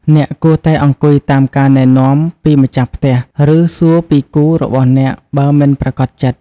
អ្នកគួរតែអង្គុយតាមការណែនាំពីម្ចាស់ផ្ទះ ឬសួរពីគូររបស់អ្នកបើមិនប្រាកដចិត្ត។